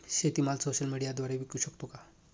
शेतीमाल सोशल मीडियाद्वारे विकू शकतो का?